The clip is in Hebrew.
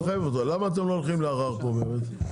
למה אתם לא הולכים לערר פה באמת?